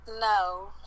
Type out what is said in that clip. No